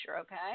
okay